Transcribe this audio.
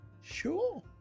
sure